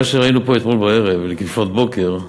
מה שראינו פה אתמול בערב ולפנות בוקר,